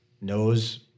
knows